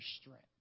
strength